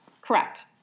Correct